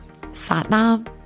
Satnam